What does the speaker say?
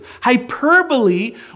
Hyperbole